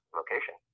location